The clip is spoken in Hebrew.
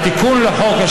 התיקון לחוק,